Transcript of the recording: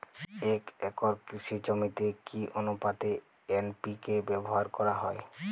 এক একর কৃষি জমিতে কি আনুপাতে এন.পি.কে ব্যবহার করা হয়?